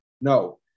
No